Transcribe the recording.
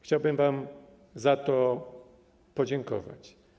Chciałbym wam za to podziękować.